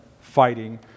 fighting